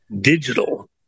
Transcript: digital